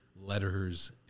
letters